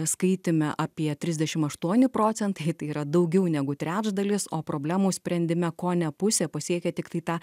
skaitėme apie trisdešim aštuoni procentai tai yra daugiau negu trečdalis o problemų sprendime kone pusė pasiekė tiktai tą